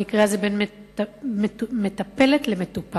במקרה הזה בין מטפלת למטופל: